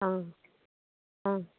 অঁ অঁ